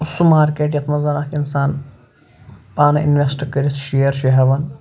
اَصٕل مارکٮ۪ٹ یَتھ منٛز اَکھ اِنسان پانہٕ اِنوٮ۪سٹ کٔرِتھ شِیَر چھُ ہٮ۪وان